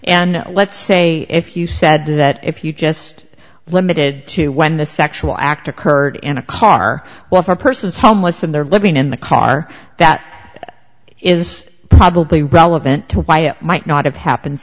and let's say if you said that if you just limited to when the sexual act occurred in a car well for persons homeless and they're living in the car that is probably relevant to why it might not have happened